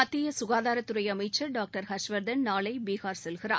மத்திய குகாதாரத்துறை அமைச்சர் டாக்டர் ஹர்ஷவர்தன் நாளை பீகார் செல்கிறார்